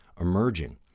emerging